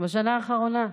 בשנה האחרונה?